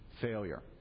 failure